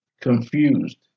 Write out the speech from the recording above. confused